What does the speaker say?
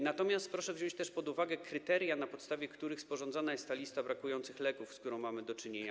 Natomiast proszę wziąć też pod uwagę kryteria, na podstawie których sporządzana jest lista brakujących leków, z którą mamy do czynienia.